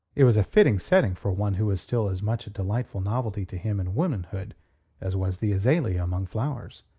it was a fitting setting for one who was still as much a delightful novelty to him in womanhood as was the azalea among flowers.